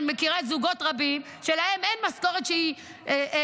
אני מכירה זוגות רבים שלהם אין משכורת מוגנת,